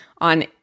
on